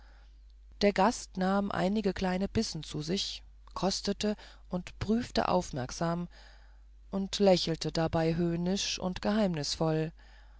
der gast nahm einige kleine bissen zu sich kostete und prüfte aufmerksam und lächelte dabei höhnisch und geheimnisvoll